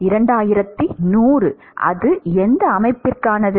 2100 அது எந்த அமைப்பிற்கானது